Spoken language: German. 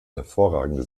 hervorragende